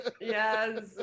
Yes